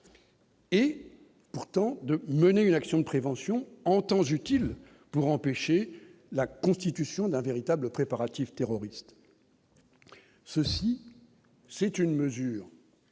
Et pourtant, de mener une action de prévention en temps utile pour empêcher la constitution d'un véritable préparatifs terroristes ceci : c'est une mesure